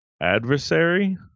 adversary